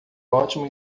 ótimo